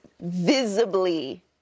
visibly